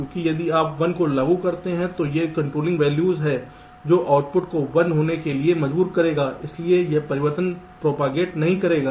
क्योंकि यदि आप 1 को लागू करते हैं तो यह कंट्रोलिंग वैल्यू है जो आउटपुट को 1 होने के लिए मजबूर करेगा इसलिए यह परिवर्तन प्रोपागेट नहीं करेगा